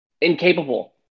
incapable